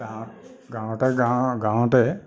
গাঁৱতে গাওঁ গাঁৱতে